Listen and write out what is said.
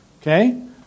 okay